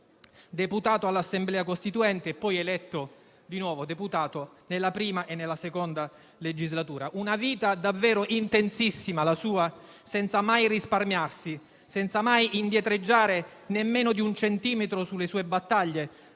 deputato all'Assemblea costituente e poi eletto di nuovo deputato nella I e nella II legislatura. Condusse una vita davvero intensissima, senza mai risparmiarsi e indietreggiare nemmeno di un centimetro sulle sue battaglie